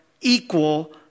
equal